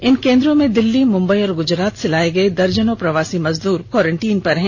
इन दो केंद्रों में दिल्ली मुंबई व गुजरात से लाए गए दर्जनो प्रवासी मजदूर कोरोंटीन पर हैं